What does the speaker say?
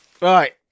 Right